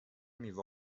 میوه